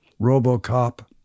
Robocop